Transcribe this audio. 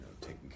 taking